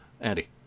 Andy